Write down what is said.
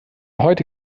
heute